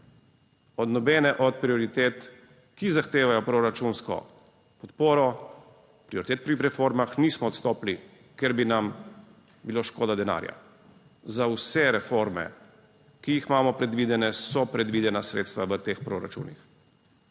Od nobene od prioritet, ki zahtevajo proračunsko podporo prioritet pri reformah, nismo odstopili, ker bi nam bilo škoda denarja. Za vse reforme, ki jih imamo predvidene, so predvidena sredstva v teh proračunih.